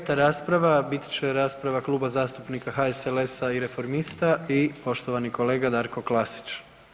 Peta rasprava bit će rasprava Kluba zastupnika HSLS-a i Reformista i poštovani kolega Darko Klasić.